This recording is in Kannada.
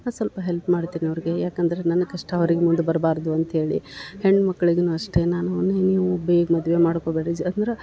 ನಾನು ಸ್ವಲ್ಪ ಹೆಲ್ಪ್ ಮಾಡ್ತಿನಿ ಅವರಿಗೆ ಯಾಕಂದರೆ ನನ್ನ ಕಷ್ಟ ಅವ್ರಿಗೆ ಮುಂದೆ ಬರ್ಬಾರದು ಅಂತೇಳಿ ಹೆಣ್ಮಕ್ಳಿಗೂನು ಅಷ್ಟೇ ನಾನು ನೀವು ಬೇಗ ಮದುವೆ ಮಾಡ್ಕೊಬ್ಯಾಡ್ರಿ ಜ್ ಅಂದ್ರ